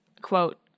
quote